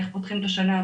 איך פותחים את השנה.